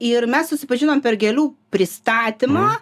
ir mes susipažinom per gėlių pristatymą